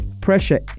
pressure